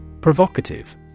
Provocative